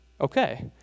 Okay